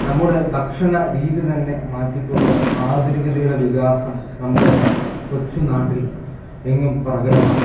നമ്മുടെ ഭക്ഷണരീതി തന്നെ മാറ്റിക്കൊണ്ട് ആധുനികതയുടെ വികാസം നമ്മുടെ കൊച്ചു നാട്ടിൽ എങ്ങും പ്രകടമാണ്